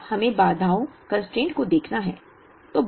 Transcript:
अब हमें बाधाओं कंस्ट्रेंट को देखना होगा